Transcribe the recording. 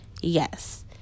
yes